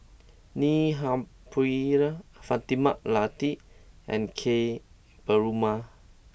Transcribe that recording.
Neil Humphreys Fatimah Lateef and Ka Perumal